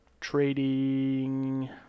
Trading